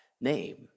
name